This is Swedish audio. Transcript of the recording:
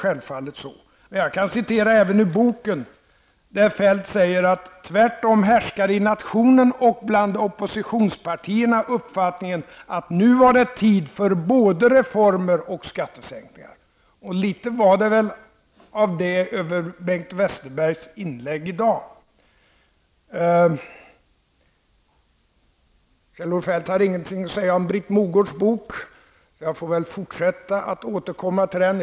Jag kan även citera ur boken där Feldt säger att tvärtom härskar i nationen och bland oppositionspartierna uppfattningen, att nu var det tid för både reformer och skattesänkningar. Litet av detta låg det väl i Bengt Westerbergs inlägg i dag. Kjell-Olof Feldt hade ingenting att säga om Britt Mogårds bok. Jag får väl fortsätta att återkomma till den.